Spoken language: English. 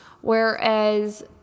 Whereas